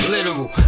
Literal